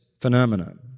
phenomenon